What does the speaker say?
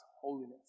holiness